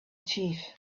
chief